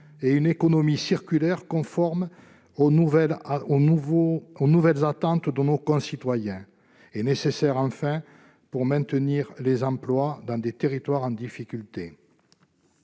et une économie circulaire conforme aux nouvelles attentes de nos concitoyens, pour maintenir aussi des emplois dans des territoires en difficulté.